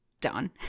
done